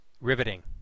Riveting